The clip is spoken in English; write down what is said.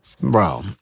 Bro